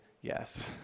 yes